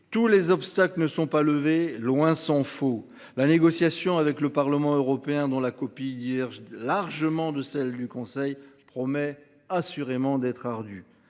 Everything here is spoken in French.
tous les obstacles ne sont pas levés, il s’en faut. La négociation avec le Parlement européen, dont la copie diverge largement de celle du Conseil, promet assurément d’être ardue.